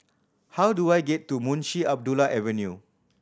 how do I get to Munshi Abdullah Avenue